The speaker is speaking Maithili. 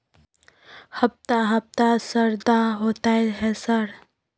हफ्ता हफ्ता शरदा होतय है सर?